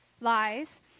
lies